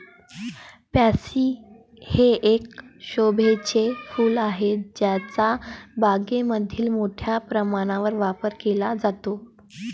pansy हे एक शोभेचे फूल आहे ज्याचा बागायतीमध्ये मोठ्या प्रमाणावर वापर केला जातो